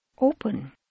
open